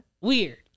Weird